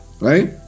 Right